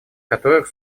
которых